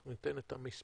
אנחנו ניתן את המספרים,